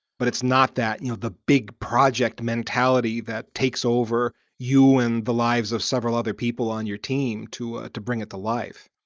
but it's not that you know the big project mentality that takes over you and the lives of several other people on your team to ah to bring it to life.